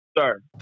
Sir